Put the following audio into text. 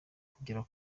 kugera